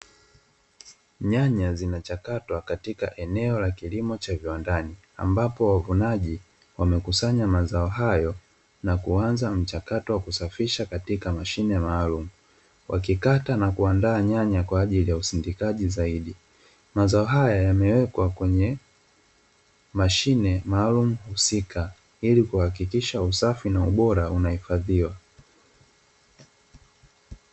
Nyanya zinachakatwa katika eneo la kilimo cha viwandani, ambapo wavunaji wamekusanya mazao hayo na kuanza mchakato wa kusafisha katika mashine maalumu, wakikata na kuandaa nyanya kwa ajili ya usindikaji zaidi. Mazao haya yamewekwa kwenye mashine maalumu husika, ili kuhakikisha usafi na ubora unahifadhiwa.